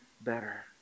better